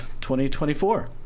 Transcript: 2024